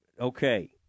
okay